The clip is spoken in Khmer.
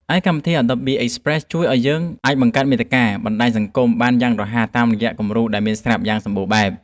ឯកម្មវិធី អាដបប៊ី អិចប្រេស ជួយឱ្យយើងអាចបង្កើតមាតិកា បណ្តាញសង្គម បានយ៉ាងរហ័សតាមរយៈគំរូដែលមានស្រាប់យ៉ាងសម្បូរបែប។